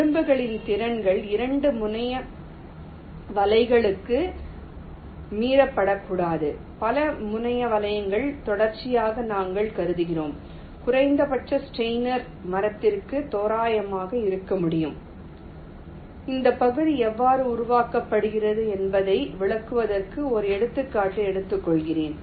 விளிம்புகளின் திறன்கள் 2 முனைய வலைகளுக்கு மீறப்படக்கூடாது பல முனைய வலைகளுக்கு தொடர்ச்சியாக நாங்கள் கருதுகிறோம் குறைந்தபட்ச ஸ்டெய்னர் மரத்திற்கு தோராயமாக இருக்க முடியும் இந்த பகுதி எவ்வாறு உருவாக்கப்படுகிறது என்பதை விளக்குவதற்கு ஒரு எடுத்துக்காட்டு எடுத்துக்கொள்கிறேன்